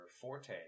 forte